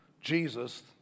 Jesus